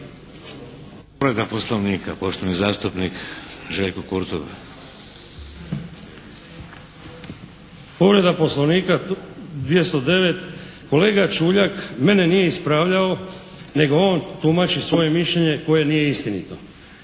Povreda Poslovnika poštovani zastupnik Željko Kurtov. **Kurtov, Željko (HNS)** Povreda Poslovnika 209. Kolega Čuljak mene nije ispravljao nego on tumači svoje mišljenje koje nije istinito.